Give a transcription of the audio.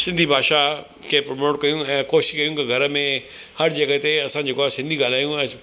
सिंधी भाषा खे प्रमोट कयूं ऐं कोशिशि कयूं की घर में हर जॻह ते असां जेको आहे सिंधी ॻाल्हाइयूं ऐं